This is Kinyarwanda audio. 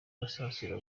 gasasira